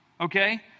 okay